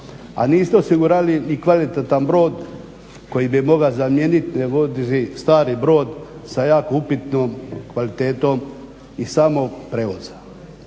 a niste osigurali ni kvalitetan brod koji bi moga zamijenit, nego vozi stari brod sa jako upitnom kvalitetom i samog prijevoza.